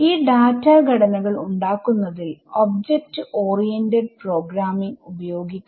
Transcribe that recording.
ഈ ഡാറ്റാ ഘടനകൾ ഉണ്ടാക്കുന്നതിൽ ഒബ്ജക്റ്റ് ഓറിയന്റഡ് പ്രോഗ്രാമിങ് ഉപയോഗിക്കണം